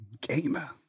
gamer